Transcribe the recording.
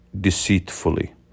deceitfully